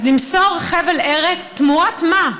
אז למסור חבל ארץ תמורת מה?